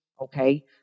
Okay